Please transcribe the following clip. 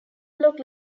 look